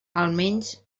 almenys